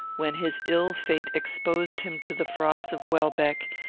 when his ill fate exposed him to the frauds of welbeck,